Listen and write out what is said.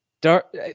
Dark